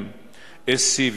MSc,